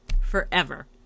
forever